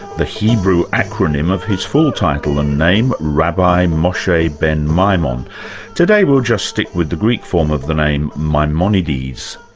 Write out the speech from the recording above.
the hebrew acronym of his full title and name, rabbi moshe ben maimon. today we'll just stick with the greek form of the name, maimonides.